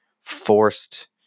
forced